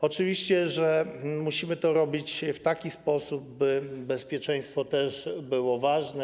Oczywiście musimy to robić w taki sposób, by bezpieczeństwo też było ważne.